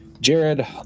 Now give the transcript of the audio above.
Jared